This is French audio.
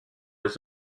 les